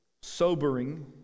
sobering